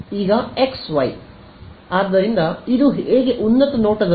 ಆದ್ದರಿಂದ ಇದು ಈಗ ಉನ್ನತ ನೋಟದಂತೆ